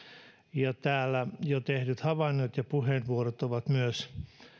täällä jo tehdyt havainnot ja puheenvuorot ovat myös